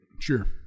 Sure